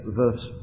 verse